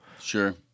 Sure